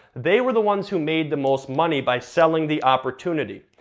they were the ones who made the most money by selling the opportunity.